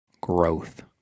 Growth